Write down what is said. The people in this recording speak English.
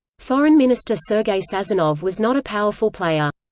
foreign minister sergey sazonov was not a powerful player.